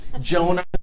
Jonah